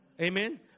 Amen